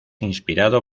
inspirado